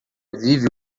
vive